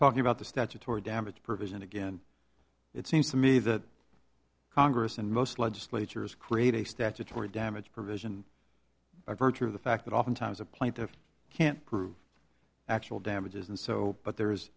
talking about the statutory damages provision again it seems to me that congress and most legislatures create a statutory damages provision of virtue of the fact that oftentimes a plaintiff can't prove actual damages and so but there